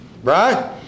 Right